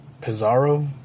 Pizarro